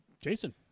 Jason